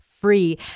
free